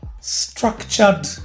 structured